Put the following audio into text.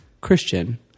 Christian